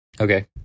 Okay